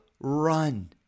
run